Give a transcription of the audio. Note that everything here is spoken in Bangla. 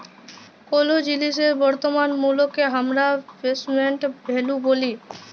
কোলো জিলিসের বর্তমান মুল্লকে হামরা প্রেসেন্ট ভ্যালু ব্যলি